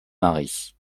marie